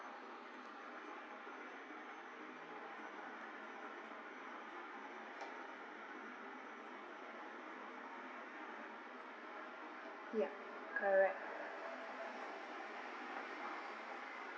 yup correct